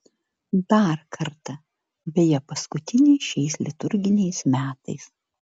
dar kartą beje paskutinį šiais liturginiais metais